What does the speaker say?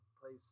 place